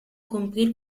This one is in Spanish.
cumplir